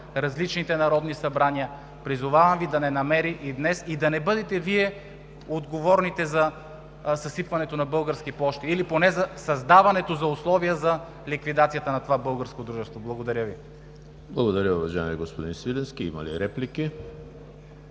различните народни събрания. Призовавам Ви да не намери и днес и да не бъдете Вие отговорните за съсипването на Български пощи или поне за създаването на условия за ликвидацията на това българско дружество. Благодаря Ви. ПРЕДСЕДАТЕЛ ЕМИЛ ХРИСТОВ: Благодаря, уважаеми господин Свиленски. Има ли реплики?